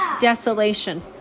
desolation